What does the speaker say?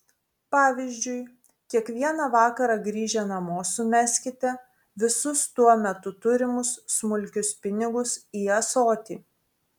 pavyzdžiui kiekvieną vakarą grįžę namo sumeskite visus tuo metu turimus smulkius pinigus į ąsotį